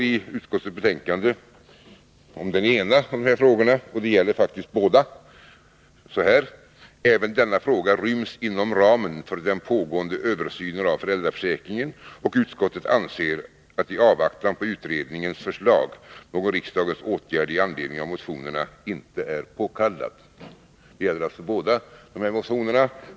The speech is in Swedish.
I utskottets betänkande står det om den ena motionen, men det gäller faktiskt båda: ”Även denna fråga ryms inom ramen för den pågående översynen av föräldraförsäkringen och utskottet anser att i avvaktan på utredningens förslag är någon riksdagens åtgärd i anledning av motionerna —-—-- inte påkallad.” Detta gäller alltså båda motionerna.